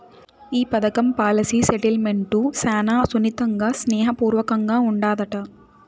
ఈ పదకం policy settlement శానా సున్నితంగా, స్నేహ పూర్వకంగా ఉండాదట